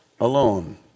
alone